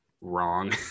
wrong